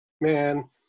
man